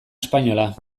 espainola